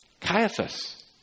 Caiaphas